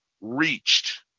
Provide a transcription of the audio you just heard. reached